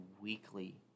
weekly